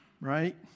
Right